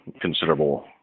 considerable